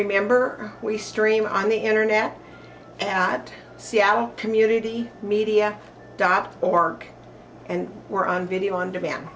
remember we stream on the internet and see our community media dot org and we're on video on demand